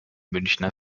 münchner